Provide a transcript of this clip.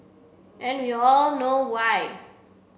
and you all know why